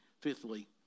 fifthly